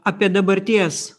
apie dabarties